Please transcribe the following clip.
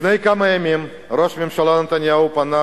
לפני כמה ימים ראש הממשלה נתניהו פנה